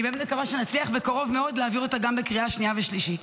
אני באמת מקווה שנצליח בקרוב מאוד להעביר אותה גם בקריאה שנייה ושלישית.